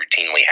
routinely